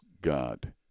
God